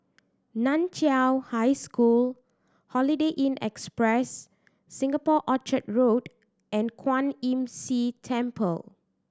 Nan Chiau High School Holiday Inn Express Singapore Orchard Road and Kwan Imm See Temple